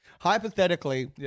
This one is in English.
Hypothetically